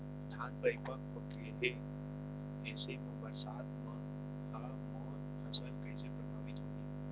धान परिपक्व गेहे ऐसे म बरसात ह मोर फसल कइसे प्रभावित होही?